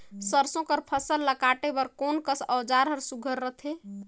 सरसो कर फसल ला काटे बर कोन कस औजार हर सुघ्घर रथे?